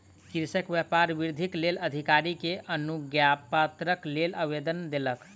कृषक व्यापार वृद्धिक लेल अधिकारी के अनुज्ञापत्रक लेल आवेदन देलक